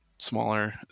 Smaller